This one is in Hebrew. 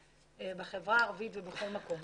בחברה הערבית ובכל מקום.